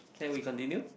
can we continue